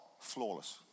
flawless